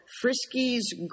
Frisky's